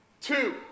Two